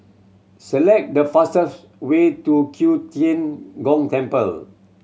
select the fastest way to Q Tian Gong Temple